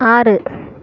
ஆறு